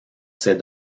ces